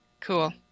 Cool